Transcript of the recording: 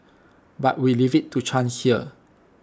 but we leave IT to chance here